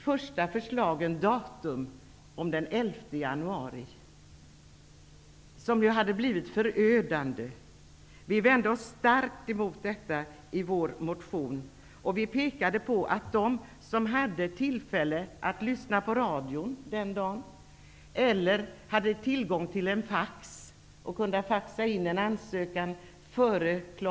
Det skulle ha blivit förödande. Vi vände oss starkt emot detta i vår motion. Vi pekade på att de som hade tillfälle att lyssna på radion den dagen, de som hade tillgång till en fax och därmed kunde faxa in en ansökan före kl.